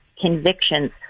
convictions